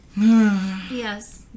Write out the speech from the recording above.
Yes